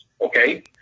okay